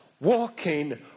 walking